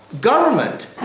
government